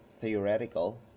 theoretical